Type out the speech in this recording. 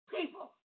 people